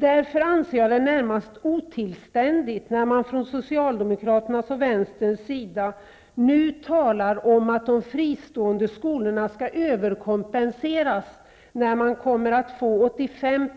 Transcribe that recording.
Därför anser jag det närmast otillständigt när man från Socialdemokraternas och vänsterns sida nu talar om att de fristående skolorna skulle överkompenseras, när de kommer att få 85